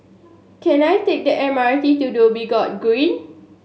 can I take the M R T to Dhoby Ghaut Green